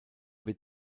wird